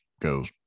goes